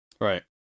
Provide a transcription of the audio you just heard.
Right